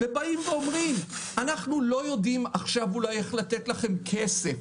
ואומרים: אנחנו לא יודעים עכשיו איך לתת לכם כסף,